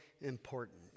important